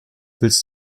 willst